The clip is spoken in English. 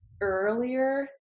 earlier